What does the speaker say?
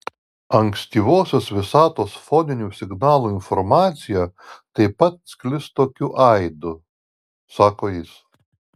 ankstyvosios visatos foninių signalų informacija taip pat sklis tokiu aidu sako jis